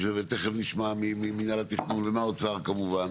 ושתכף נשמע ממנהל התכנון והאוצר כמובן.